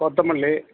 கொத்தமல்லி